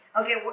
okay